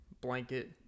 blanket